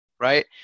right